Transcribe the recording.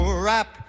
wrap